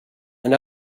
and